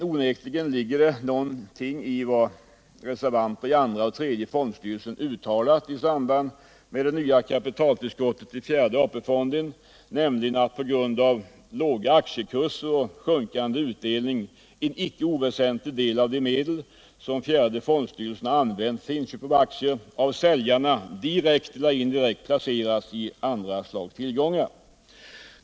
Onekligen ligger det någonting i vad reservanter i andra och tredje fondstyrelserna uttalat i samband med det nya kapitaltillskottet till fjärde AP fonden, nämligen att på grund av låga aktiekurser och sjunkande utdelning en icke oväsentlig del av de medel som fjärde fondstyrelsen har använt för inköp av aktier av säljarna, direkt eller indirekt, placerats i andra slags tillgångar.